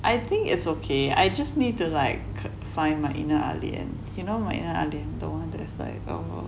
I think it's okay I just need to like find my inner ahlian and you know my inner ahlian the one that's like